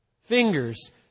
fingers